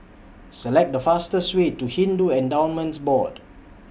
Select The fastest Way to Hindu Endowments Board